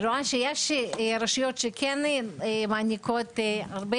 אני רואה שיש רשויות שכן מעניקות לעולים